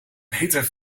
peter